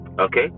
Okay